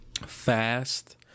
fast